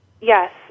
Yes